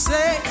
Say